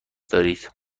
دارید